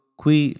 qui